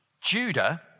Judah